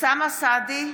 אוסאמה סעדי,